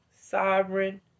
sovereign